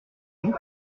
vous